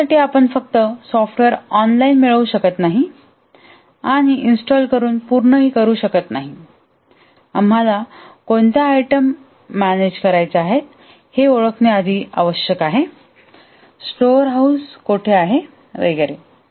यासाठी आपण फक्त सॉफ्टवेअर ऑनलाइन मिळवू शकत नाही आणि इंस्टॉल करून पूर्ण करू शकत नाही आम्हाला कोणत्या आयटम मॅनेज करायच्या आहेत हे ओळखणे आवश्यक आहे स्टोअर हाऊस कोठे आहे वगैरे